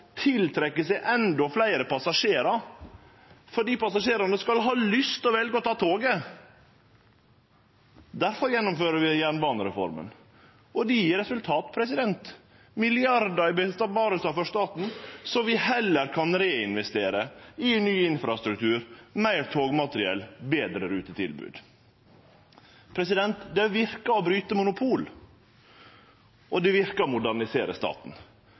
tiltrekkje seg endå fleire passasjerar, fordi passasjerane skal ha lyst til å velje å ta toget. Difor gjennomfører vi jernbanereforma. Det gjev resultat – milliardar sparte for staten som vi heller kan reinvestere i ny infrastruktur, meir togmateriell, betre rutetilbod. Det verkar å bryte monopol, og det verkar å modernisere staten.